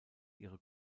ihre